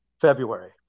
February